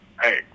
hey